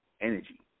energy